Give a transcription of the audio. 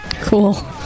Cool